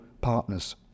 partners